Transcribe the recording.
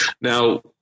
Now